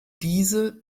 diese